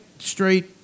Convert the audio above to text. straight